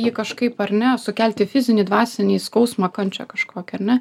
jį kažkaip ar ne sukelti fizinį dvasinį skausmą kančią kažkokią ar ne